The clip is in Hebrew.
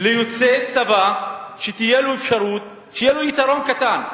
ליוצאי צבא, שיהיה לו יתרון קטן.